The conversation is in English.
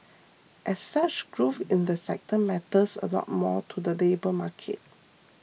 as such growth in the sector matters a lot more to the labour market